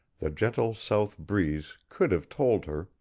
the gentle south breeze could have told her,